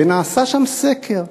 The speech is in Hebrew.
ונעשה שם סקר: